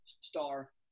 star